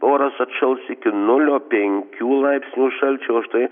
oras atšals iki nulio penkių laipsnių šalčio o štai